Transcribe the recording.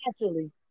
naturally